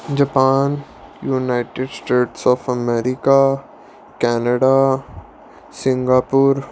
Japan United States of America Canada Singapore